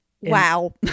Wow